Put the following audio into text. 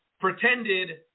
pretended